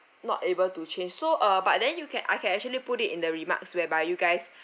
not able to change so uh but then you can I can actually put it in the remarks where by you guys